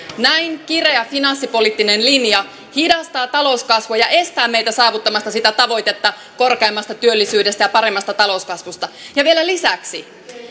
näin kireä finanssipoliittinen linja hidastaa talouskasvua ja estää meitä saavuttamasta sitä tavoitetta korkeammasta työllisyydestä ja paremmasta talouskasvusta ja vielä lisäksi